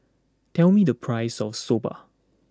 tell me the price of soba